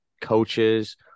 coaches